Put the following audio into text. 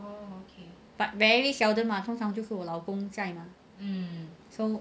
but very seldom lah 通常都是我老公载 mah so